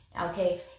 okay